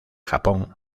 japón